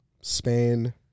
Spain